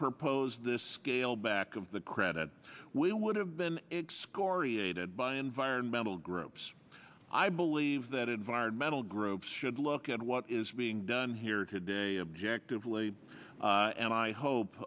proposed this scaled back of the credit we would have been excoriated by environmental groups i believe that environmental groups should look at what is being done here today objective lee and i hope